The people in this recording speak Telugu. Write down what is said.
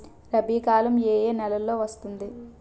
రబీ కాలం ఏ ఏ నెలలో వస్తుంది?